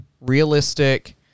realistic